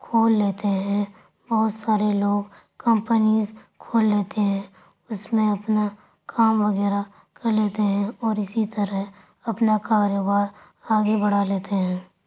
کھول لیتے ہیں بہت سارے لوگ کمپنیز کھول لیتے ہیں اس میں اپنا کام وغیرہ کر لیتے ہیں اور اسی طرح اپنا کاروبار آگے بڑھا لیتے ہیں